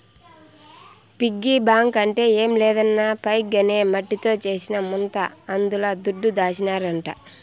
piggy bank అంటే ఏం లేదన్నా పైగ్ అనే మట్టితో చేసిన ముంత అందుల దుడ్డు దాసినారంట